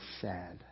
sad